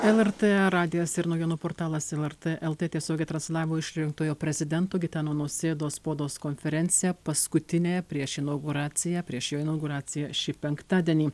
lrt radijas ir naujienų portalas lrt lt tiesiogiai transliavo išrinktojo prezidento gitano nausėdos spaudos konferenciją paskutiniąją prieš inauguraciją prieš jo inauguraciją šį penktadienį